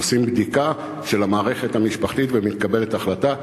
עושים בדיקה של המערכת המשפחתית ומתקבלת החלטה.